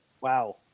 Wow